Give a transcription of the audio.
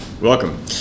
Welcome